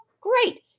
great